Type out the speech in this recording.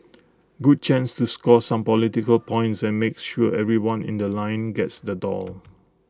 good chance to score some political points and make sure everyone in The Line gets the doll